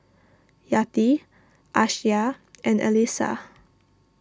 Yati Aisyah and Alyssa